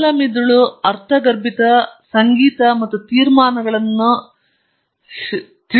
ಮತ್ತು ಬಲ ಮಿದುಳುಗಳ ಒಳನೋಟ ಮತ್ತು ಒಳಸಾಧ್ಯವು ಸಂಭವನೀಯ ಪರಿಹಾರಗಳನ್ನು ಉಂಟುಮಾಡುತ್ತದೆ ಮತ್ತು ನೀವು ಸರಿಯಾದ ಪರಿಹಾರವನ್ನು ಹೊಡೆದಿದೆ ಎಂದು ನೀವು ಭಾವಿಸುವ ಪ್ರಕಾಶಮಾನ ಹಂತ